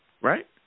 right